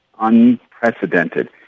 unprecedented